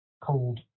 cold